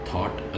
Thought